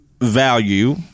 value